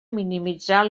minimitzar